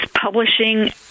publishing